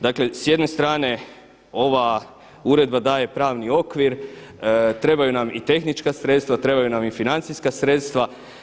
Dakle s jedne strane ova uredba daje pravni okvir, trebaju nam i tehnička sredstva, trebaju nam i financijska sredstva.